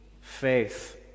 faith